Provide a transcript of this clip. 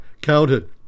counted